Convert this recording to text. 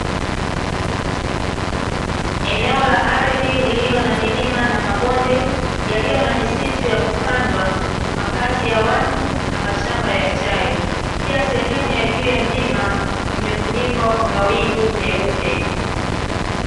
Eneo la ardhi lililo na milima na mabonde yaliyo na misitu ya kupandwa, makazi ya watu na mashamba ya chai, pia sehemu ya juu ya mlima imefunikwa kwa mawingu meupe.